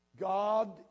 God